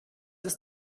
ist